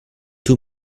two